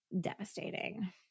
devastating